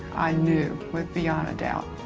i knew with beyond a doubt.